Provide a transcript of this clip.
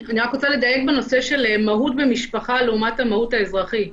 אני רק רוצה לדייק בנושא של מהו"ת במשפחה לעומת המהו"ת האזרחית.